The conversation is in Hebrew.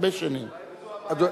זאת הבעיה.